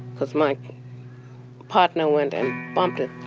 cos my partner went and bumped it.